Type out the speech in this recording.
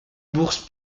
bourse